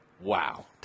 Wow